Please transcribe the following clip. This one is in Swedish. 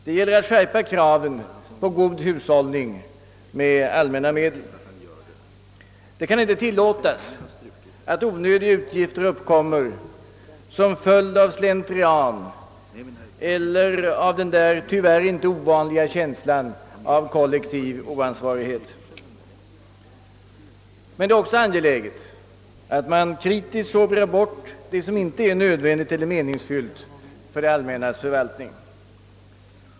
Det gäller att skärpa kraven på god hushållning med allmänna medel, Det kan inte tillåtas att några onödiga utgifter uppkommer som en följd av slentrian eller av den tyvärr inte ovanliga känslan av kollektiv oansvarighet. Det är också angeläget att man kritiskt sovrar bort det som inte är nödvändigt eller meningsfyllt i det allmännas förvaltning.